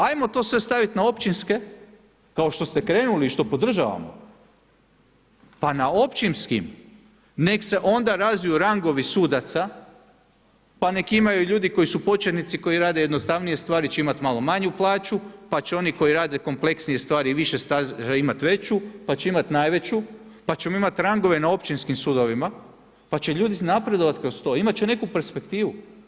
Ajmo to sve staviti na općinske, kao što ste krenuli i što podržavamo pa na općinskim nek' se onda razviju rangovi sudaca pa neka imaju ljudi koji su početnici, koji rade jednostavnije stvari će imati malo manju plaću pa će oni koji rade kompleksnije stvari i s više staža imati veću, pa će imati najveću, pa ćemo imati rangove na općinskim sudovima, pa će ljudi napredovati kroz to, imati će neku perspektivu.